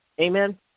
amen